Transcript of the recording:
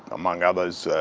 among others,